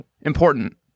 Important